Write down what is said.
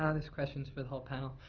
ah this question is for the whole panel.